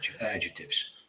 adjectives